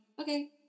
okay